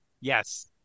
Yes